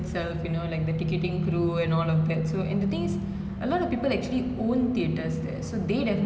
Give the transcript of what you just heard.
ஆமா இது எல்லாருக்கு ஒரு கஷ்டமானா வருஷந்தா:aamaa ithu ellaaruku oru kastamaana varusanthaa so இதுலயே வந்து:ithulaye vanthu I think the overall